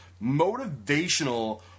motivational